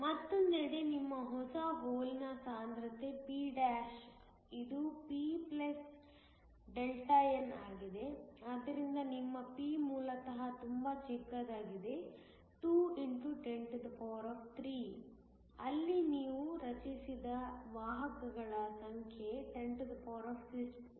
ಮತ್ತೊಂದೆಡೆ ನಿಮ್ಮ ಹೊಸ ಹೋಲ್ನ ಸಾಂದ್ರತೆ p′ ಇದು p Δn ಆಗಿದೆ ಆದರೆ ನಿಮ್ಮ p ಮೂಲತಃ ತುಂಬಾ ಚಿಕ್ಕದಾಗಿದೆ 2 x 103 ಅಲ್ಲಿ ನೀವು ರಚಿಸಿದ ವಾಹಕಗಳ ಸಂಖ್ಯೆ 1015 ಆಗಿದೆ